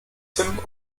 tim